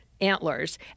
antlers